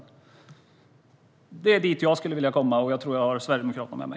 Det är dit jag skulle vilja komma, och jag tror att jag har Sverigedemokraterna med mig.